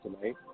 tonight